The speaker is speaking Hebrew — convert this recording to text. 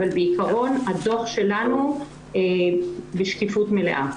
אבל בעקרון הדו"ח שלנו בשקיפות מלאה.